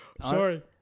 Sorry